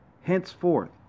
Henceforth